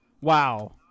Wow